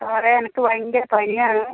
സാറേ എനിക്ക് ഭയങ്കര പനിയാണ്